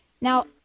Now